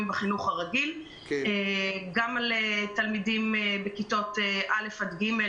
בחינוך הרגיל - גם לגבי תלמידים בכיתות א' עד ג',